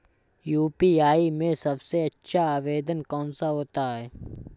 UPI में सबसे अच्छा आवेदन कौन सा होता है?